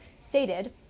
stated